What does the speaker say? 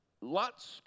lots